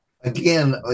Again